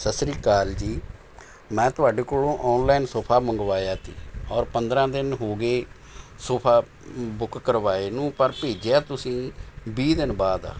ਸਤਿ ਸ਼੍ਰੀ ਅਕਾਲ ਜੀ ਮੈਂ ਤੁਹਾਡੇ ਕੋਲ਼ੋਂ ਔਨਲਾਈਨ ਸੋਫਾ ਮੰਗਵਾਇਆ ਤੀ ਔਰ ਪੰਦਰਾਂ ਦਿਨ ਹੋ ਗਏ ਸੋੋਫਾ ਬੁੱਕ ਕਰਵਾਏ ਨੂੰ ਪਰ ਭੇਜਿਆ ਤੁਸੀਂ ਵੀਹ ਦਿਨ ਬਾਅਦ ਆ